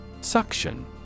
Suction